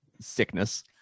sickness